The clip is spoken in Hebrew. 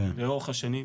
לאורך השנים,